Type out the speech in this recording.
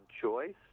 choice